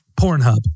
Pornhub